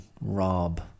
rob